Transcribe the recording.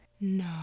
No